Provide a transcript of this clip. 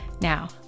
Now